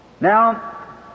Now